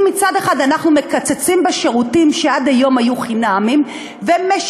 אם מצד אחד אנחנו מקצצים בשירותים שעד היום היו חינמיים ומשיתים,